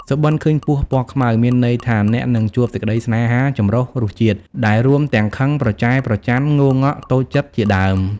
សុបិន្តឃើញពស់ពណ៌ខ្មៅ មានន័យថាអ្នកនឹងជួបសេចក្តីសេ្នហាចម្រុះរសជាតិដែលរួមទាំងខឹង ប្រចែប្រចណ្ឌ ងង៉ក់ តូចចិត្ត ជាដើម។